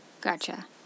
Gotcha